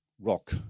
rock